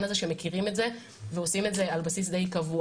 הזה שמכירים את זה ועושים את זה על בסיס די קבוע.